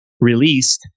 released